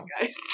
guys